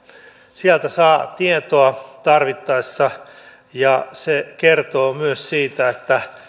sieltä saa tietoa tarvittaessa ja se kertoo myös siitä